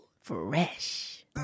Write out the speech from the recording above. Fresh